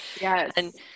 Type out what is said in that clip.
Yes